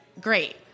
great